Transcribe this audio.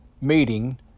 meeting